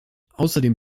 außerdem